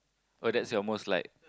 what that's your most like